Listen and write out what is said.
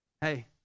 Hey